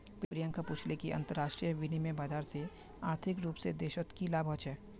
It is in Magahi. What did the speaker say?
प्रियंका पूछले कि अंतरराष्ट्रीय विनिमय बाजार से आर्थिक रूप से देशक की लाभ ह छे